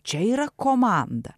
čia yra komanda